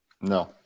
No